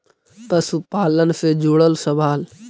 पशुपालन से जुड़ल सवाल?